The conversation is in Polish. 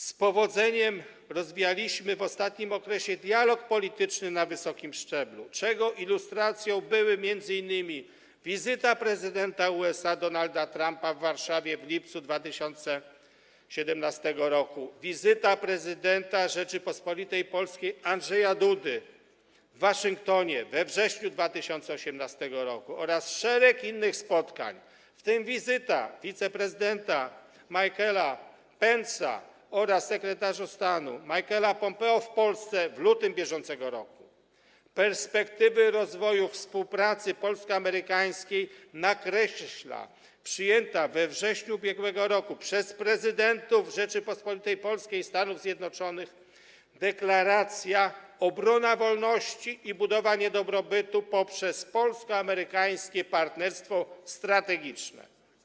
Z powodzeniem rozwijaliśmy w ostatnim okresie dialog polityczny na wysokim szczeblu, czego ilustracją były m.in. wizyta prezydenta USA Donalda Trumpa w Warszawie w lipcu 2017 r., wizyta prezydenta Rzeczypospolitej Polskiej Andrzeja Dudy w Waszyngtonie we wrześniu 2018 r. oraz szereg innych spotkań, w tym wizyta wiceprezydenta Michaela Pence’a oraz sekretarza stanu Michaela Pompeo w Polsce w lutym br. Perspektywy rozwoju współpracy polsko-amerykańskiej nakreśla przyjęta we wrześniu ub.r. przez prezydentów Rzeczypospolitej Polskiej i Stanów Zjednoczonych deklaracja „Obrona wolności i budowanie dobrobytu poprzez polsko-amerykańskie partnerstwo strategiczne”